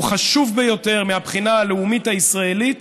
הוא חשוב ביותר מהבחינה הלאומית הישראלית